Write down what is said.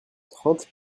trente